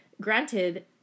granted